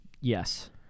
yes